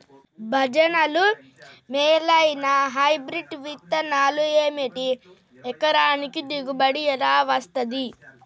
భజనలు మేలైనా హైబ్రిడ్ విత్తనాలు ఏమిటి? ఎకరానికి దిగుబడి ఎలా వస్తది?